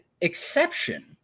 exception